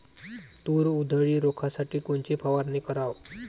तूर उधळी रोखासाठी कोनची फवारनी कराव?